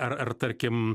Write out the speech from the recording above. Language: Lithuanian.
ar ar tarkim